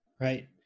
Right